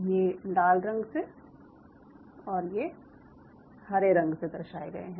ये लाल रंग से और ये हरे रंग से दर्शाये गए हैं